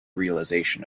realization